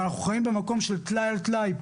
ואנחנו חיים במקום של טלאי על טלאי,